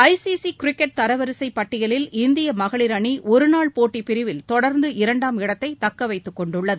ஐ C C cricket தரவரிசைப் பட்டியலில் இந்திய மகளிர் அனி ஒருநாள் போட்டிப் பிரிவில் தொடர்ந்து இரண்டாம் இடத்தை தக்க வைத்துக் கொண்டுள்ளது